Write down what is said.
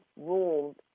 ruled